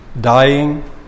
Dying